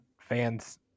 fans